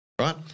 right